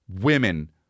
women